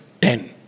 ten